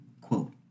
Quote